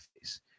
face